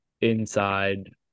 inside